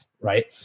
right